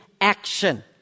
action